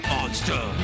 Monster